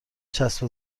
چسب